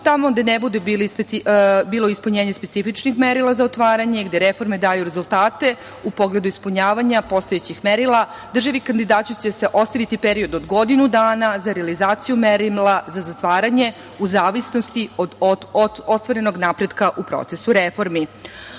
Tamo gde ne bude bilo ispunjenje specifičnih merila za otvaranje, gde reforme daju rezultate u pogledu ispunjavanja postojećih merila, državi kandidatu će se ostaviti period od godinu dana za realizaciju merila za zatvaranje u zavisnosti od ostvarenog napretka u procesu reformi. Kao